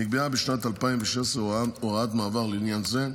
נקבעה בשנת 2006 הוראת מעבר לעניין זה,